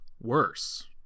worse